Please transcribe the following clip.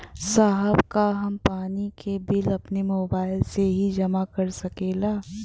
साहब का हम पानी के बिल अपने मोबाइल से ही जमा कर सकेला?